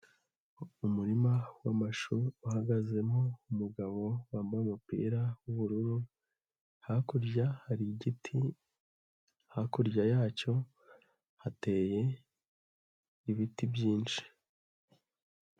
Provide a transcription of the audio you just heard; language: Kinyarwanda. Umurima w'amashu, uhagazemo umugabo, wambaye umupira w'ubururu. Hakurya hari igiti. Hakurya yacyo hateye ibiti byinshi.